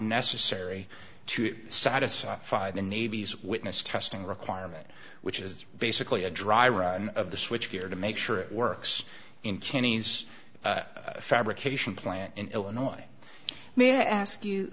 necessary to satisfy five the navy's witness testing requirement which is basically a dry run of the switchgear to make sure it works in kenny's fabrication plant in illinois may i ask you